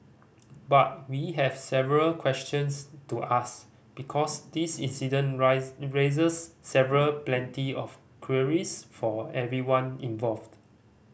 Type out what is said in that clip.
but we have several questions to ask because this incident rise raises several plenty of queries for everyone involved